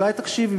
אולי תקשיבי,